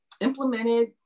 implemented